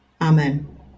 Amen